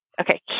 Okay